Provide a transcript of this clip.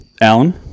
Alan